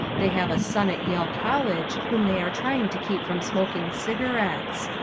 they have a son at yale college whom they are trying to keep from smoking cigarettes.